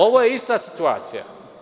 Ovo je ista situacija.